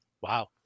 Wow